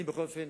אני בכל אופן